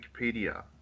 Wikipedia